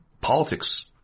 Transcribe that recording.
politics